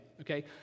Okay